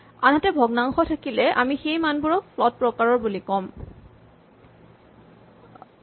আনহাতে ভগ্নাংশ থাকিলে আমি সেই মান বোৰক ফ্লট প্ৰকাৰৰ বুলি ক'ম